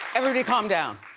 everybody calm down.